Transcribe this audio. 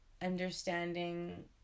Understanding